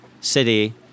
city